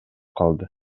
калды